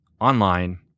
online